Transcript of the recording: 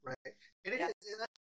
Right